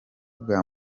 bwa